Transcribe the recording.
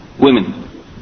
women